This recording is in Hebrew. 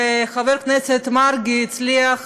וחבר הכנסת מרגי הצליח,